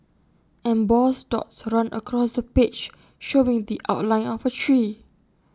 embossed dots run across the page showing the outline of A tree